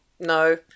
No